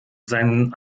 seinen